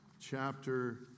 chapter